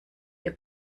ihr